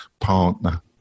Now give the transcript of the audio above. partner